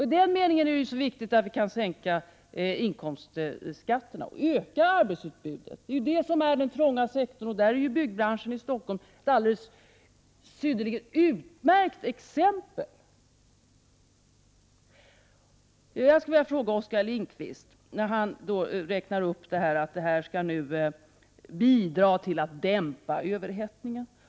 I det sammanhanget är det viktigt att vi kan sänka inkomstskatterna, vilket ökar arbetsutbudet. Det är ju det som är den trånga sektorn. Byggbranschen i Stockholm är ett utmärkt exempel på detta. Oskar Lindkvist räknar upp åtgärder som skall bidra till att dämpa överhettningen.